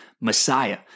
Messiah